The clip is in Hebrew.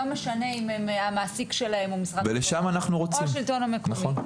לא משנה אם המעסיק שלהם או משרד החינוך או השלטון המקומי.